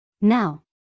Now